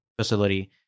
facility